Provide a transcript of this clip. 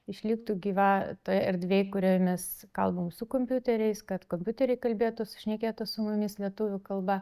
išliktų gyva toj erdvėj kurioje mes kalbam su kompiuteriais kad kompiuteriai kalbėtųs šnekėtų su mumis lietuvių kalba